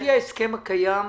לפי ההסכם הקיים,